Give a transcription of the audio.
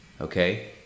okay